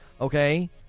Okay